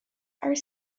are